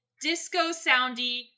disco-soundy